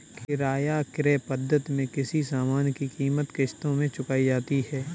किराया क्रय पद्धति में किसी सामान की कीमत किश्तों में चुकाई जाती है